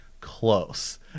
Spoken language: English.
close